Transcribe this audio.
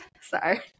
sorry